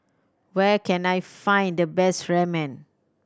where can I find the best Ramen